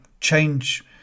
change